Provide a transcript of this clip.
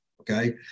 Okay